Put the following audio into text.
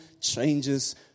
changes